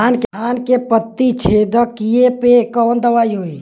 धान के पत्ती छेदक कियेपे कवन दवाई होई?